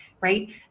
right